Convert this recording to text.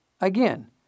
Again